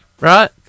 right